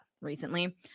recently